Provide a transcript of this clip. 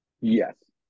yes